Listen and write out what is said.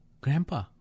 Grandpa